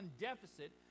deficit